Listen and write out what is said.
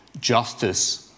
justice